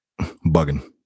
Bugging